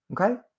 Okay